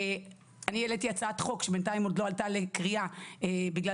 אני העליתי הצעת חוק שבינתיים עוד לא עלתה לקריאה בגלל